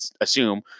assume